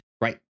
right